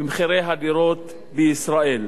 במחירי הדירות בישראל,